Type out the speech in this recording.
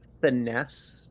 finesse